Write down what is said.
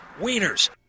wieners